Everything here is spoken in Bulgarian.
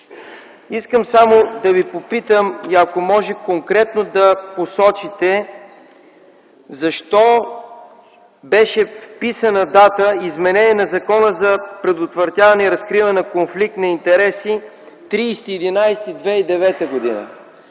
негативи. Ще Ви попитам и ако може конкретно да посочите – защо беше вписана дата за изменение на Закона за предотвратяване и разкриване на конфликт на интереси 30 ноември